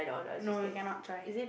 no you cannot try